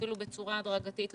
אפילו בצורה הדרגתית,